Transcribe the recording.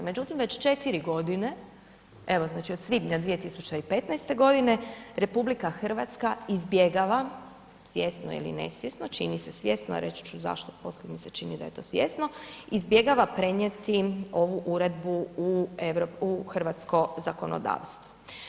Međutim već 4 godine, evo znači od svibnja 2015. godine RH izbjegava, svjesno ili nesvjesno, čini se svjesno a reći ću zašto poslije, mi se čini da je to svjesno izbjegava prenijeti ovu uredbu u hrvatsko zakonodavstvo.